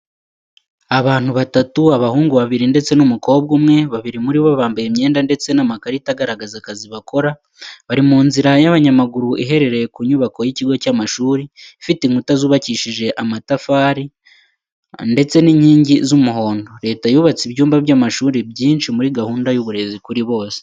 Abantu batatu, abahungu babiri ndetse n’umukobwa umwe, babiri muri bo bambaye imyenda ndetse n’amakarita agaragaza akazi bakora. Bari mu nzira y’abanyamaguru iherereye ku nyubako y'ikigo cy'amashuri, ifite inkuta zubakishije amatafari ndetse n’inkingi z’umuhondo. Leta yubatse ibyumba by'amashuri byinshi muri gahunda y’uburezi kuri bose.